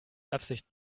absicht